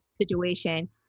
situation